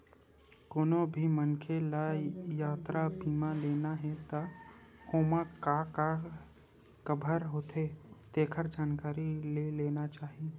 कोनो भी मनखे ल यातरा बीमा लेना हे त ओमा का का कभर होथे तेखर जानकारी ले लेना चाही